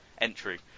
entry